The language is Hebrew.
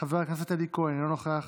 חברת הכנסת שטרית, אינה נוכחת,